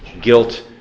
Guilt